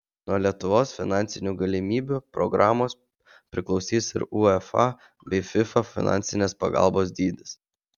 nuo lietuvos finansinių galimybių programos priklausys ir uefa bei fifa finansinės pagalbos dydis